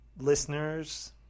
listeners